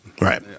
Right